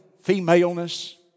femaleness